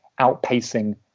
outpacing